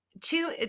two